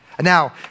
Now